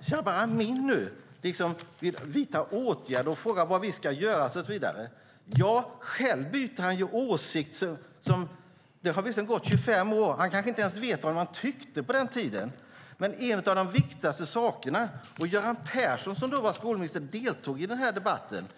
Jabar Amin vill nu vidta åtgärder och frågar vad vi ska göra. Själv byter han åsikt hela tiden. Det har visserligen gått 25 år, så han kanske inte ens vet vad han tyckte på den tiden. Göran Persson, som då var skolminister, deltog i debatten.